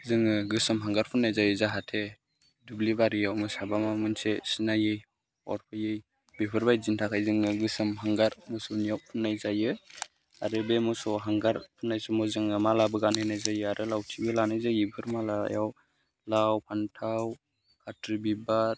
जोङो गोसोम हांगार फुननाय जायो जाहाथे दुब्लि बारियाव मोसा बा माबा मोनसे सिनायि अरफैया बेफोरबायदिनि थाखाय जोङो गोसोम हांगार मोसौनियाव फुननाय जायो आरो बे मोसौ हांगार फुननाय समाव जोङो मालाबो गानहोनाय जायो आरो लावथिबो लानाय जायो बेफोर मालायाव लाव फानथाव खाथ्रि बिबार